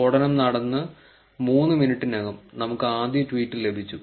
സ്ഫോടനം നടന്ന് 3 മിനിറ്റിനകം നമുക്ക് ആദ്യ ട്വീറ്റ് ലഭിച്ചു